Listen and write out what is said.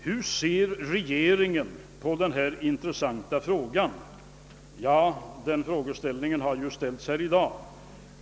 Hur ser regeringen på detta intressanta problem? Den frågan har framställts här i dag.